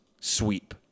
sweep